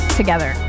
together